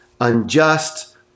unjust